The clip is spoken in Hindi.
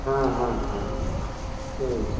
हाँ हाँ हाँ ठीक है